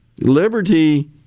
Liberty